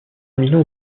million